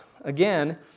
again